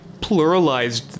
pluralized